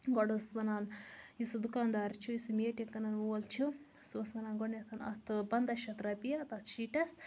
گۄڈٕ اوس سُہ وَنان یُس سُہ دُکاندار چھُ یُس سُہ میٹِنٛگ کٕنان وول چھُ سُہ اوس وَنان گۄڈنیٚتھ اتھ پَنداہہ شَتھ رۄپیہِ تَتھ شیٖٹَس